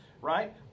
right